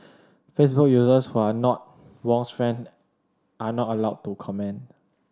Facebook users who are not Wong's friend are not allowed to comment